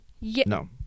No